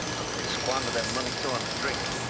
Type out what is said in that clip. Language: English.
how can they squander their money so on drink?